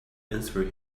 answer